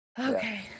Okay